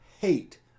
hate